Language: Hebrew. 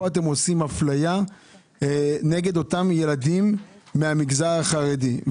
פה אתם עושים אפליה נגד אותם ילדים מהמגזר החרדי.